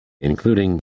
including